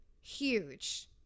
Huge